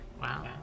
Wow